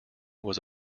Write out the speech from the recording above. was